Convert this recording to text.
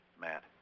Matt